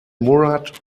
murad